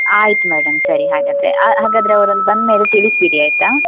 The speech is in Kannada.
ಆಯ್ತು ಮೇಡಮ್ ಸರಿ ಹಾಗಾದರೆ ಹಾಗಾದರೆ ಅವ್ರು ಅಲ್ಲಿ ಬಂದ ಮೇಲೆ ತಿಳಿಸಿಬಿಡಿ ಆಯಿತಾ